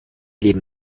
leben